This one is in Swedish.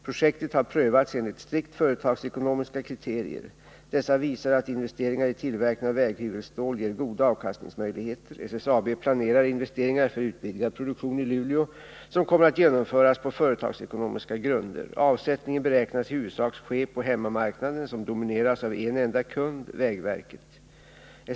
Projektet har prövats enligt strikt företagsekonomiska kriterier. Dessa visar att investeringar i tillverkning av väghyvelstål ger goda avkastningsmöjligheter. SSAB planerar investeringar för utvidgad produktion i Luleå, som kommer att genomföras på företagsekonomiska grunder. Avsättningen beräknas i huvudsak ske på hemmamarknaden som domineras av en enda kund, vägverket.